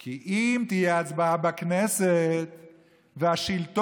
כי אם תהיה הצבעה בכנסת והשלטון,